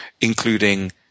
including